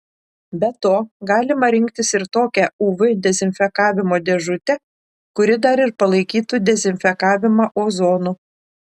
be to galima rinktis ir tokią uv dezinfekavimo dėžutę kuri dar ir palaikytų dezinfekavimą ozonu